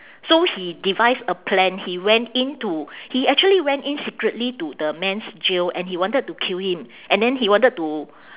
so he devised a plan he went in to he actually went in secretly to the man's jail and he wanted to kill him and then he wanted to